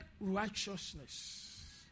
righteousness